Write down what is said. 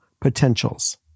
potentials